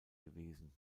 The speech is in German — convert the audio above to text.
gewesen